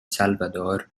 salvador